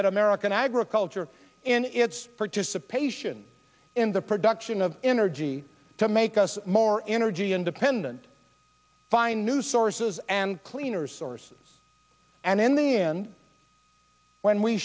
that american agriculture in its participation in the production of energy to make us more energy independent find new sources and cleaner sources and in the hand when we